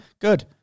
good